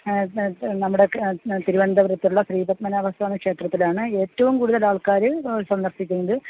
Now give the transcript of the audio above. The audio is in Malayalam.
നമ്മുടെ തിരുവനന്തപുരത്തുള്ള ശ്രീ പത്മനാഭസ്വാമി ക്ഷേത്രത്തിലാണ് ഏറ്റവും കൂടുതലാൾക്കാർ സന്ദർശിക്കുന്നത്